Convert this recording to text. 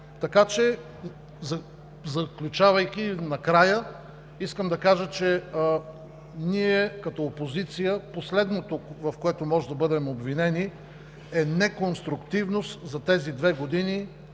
Така че, заключавайки накрая, искам да кажа, че ние като опозиция последното, в което можем да бъде обвинени, е неконструктивност за тези две години